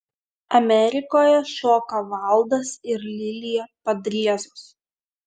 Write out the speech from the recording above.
amerikoje šoka valdas ir lilija padriezos